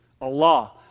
Allah